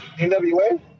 NWA